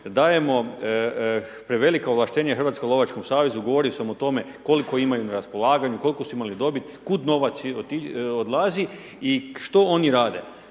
dajemo prevelika ovlaštenja Hrvatskom lovačkom savezu govori samo o tome koliko imaju na raspolaganju, koliko su imali dobit, kud novac odlazi i što oni rade.